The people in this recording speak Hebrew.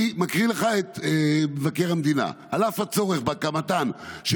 אני מקריא לך את מבקר המדינה: "על אף הצורך בהקמתן של